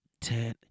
ten